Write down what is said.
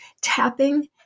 tapping